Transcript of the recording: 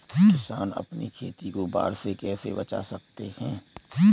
किसान अपनी खेती को बाढ़ से कैसे बचा सकते हैं?